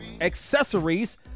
accessories